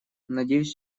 надеюсь